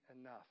enough